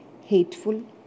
hateful